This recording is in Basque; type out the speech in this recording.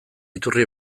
iturri